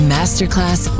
Masterclass